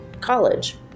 College